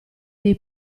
dei